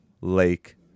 lake